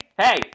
hey